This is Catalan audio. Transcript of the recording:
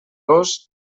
gos